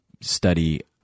study